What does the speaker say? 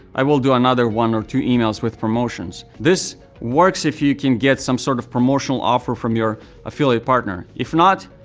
i will do another one or two emails with promotions, this works if you can get some sort of promotional offer from your affiliate partner. if not,